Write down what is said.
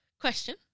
question